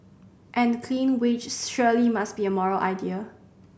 and clean wage surely must be a moral idea